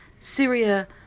Syria